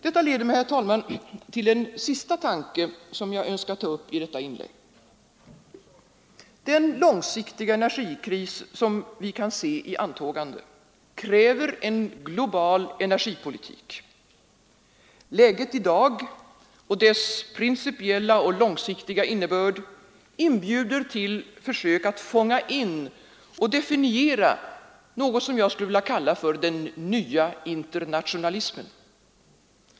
Detta leder mig, herr talman, till den sista tanke jag önskar ta upp i detta inlägg. Den långsiktiga energikris vi kan se i antågande kräver en global energipolitik. Läget i dag och dess principiella och långsiktiga innebörd inbjuder till försök att fånga in och definiera något som jag vill kalla den nya internationalismen.